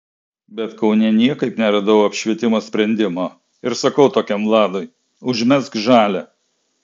bet kaune niekaip neradau apšvietimo sprendimo ir sakau tokiam vladui užmesk žalią